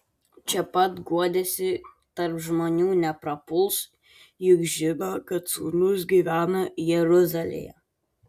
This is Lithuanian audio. čia pat guodėsi tarp žmonių neprapuls juk žino kad sūnus gyvena jeruzalėje